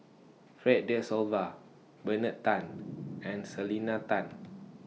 Fred De Souza Bernard Tan and Selena Tan